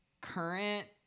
current